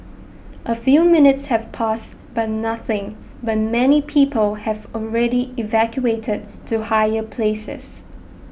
a few minutes have passed but nothing but many people have already evacuated to higher places